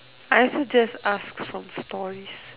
I also just ask from stories